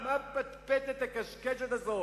מה הפטפטת, הקשקשת הזאת?